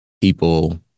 People